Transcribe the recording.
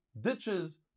ditches